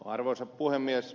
arvoisa puhemies